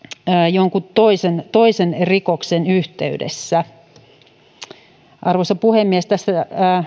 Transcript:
jonkin toisen toisen rikoksen yhteydessä arvoisa puhemies tässä